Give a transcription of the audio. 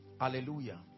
hallelujah